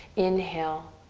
inhale.